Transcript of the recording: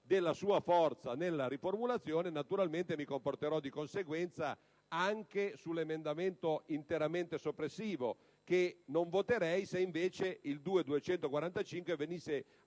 della sua forza nella riformulazione, mi comporterò di conseguenza anche sull'emendamento interamente soppressivo, che non voterei se invece l'emendamento